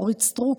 אורית סטרוק,